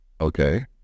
Okay